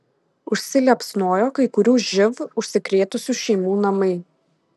užsiliepsnojo kai kurių živ užsikrėtusių šeimų namai